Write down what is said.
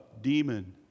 demon